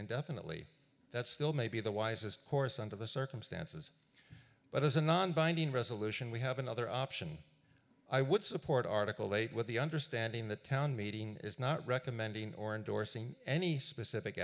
indefinitely that still may be the wisest course under the circumstances but as a nonbinding resolution we have another option i would support article eight with the understanding the town meeting is not recommending or endorsing any specific